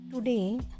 Today